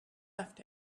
left